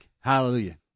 hallelujah